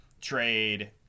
trade